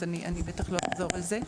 אז אני בטח לא אחזור על זה,